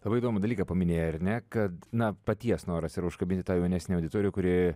labai įdomų dalyką paminėjai ar ne kad na paties noras yra užkabinti tą jaunesnę auditoriją kuri